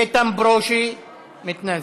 איתן ברושי, מתנאזל,